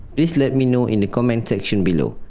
please let me know in the comment section below.